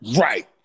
Right